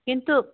किन्तु